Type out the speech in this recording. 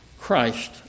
Christ